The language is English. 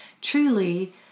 truly